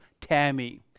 Tammy